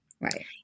Right